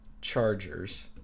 Chargers